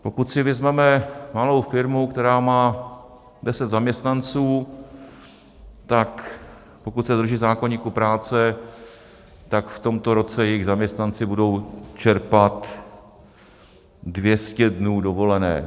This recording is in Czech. Pokud si vezmeme malou firmu, která má 10 zaměstnanců, tak pokud se drží zákoníku práce, tak v tomto roce jejich zaměstnanci budou čerpat 200 dnů dovolené.